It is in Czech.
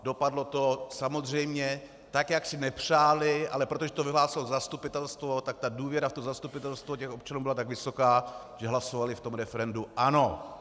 Dopadlo to samozřejmě tak, jak si nepřáli, ale protože to vyhlásilo zastupitelstvo, tak důvěra v to zastupitelstvo těch občanů byla tak vysoká, že hlasovali v tom referendu ano.